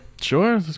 Sure